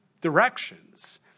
directions